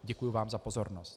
Děkuji vám za pozornost.